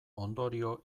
ondorio